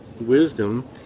Wisdom